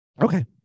Okay